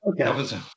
Okay